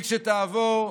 כשתעבור,